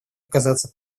оказаться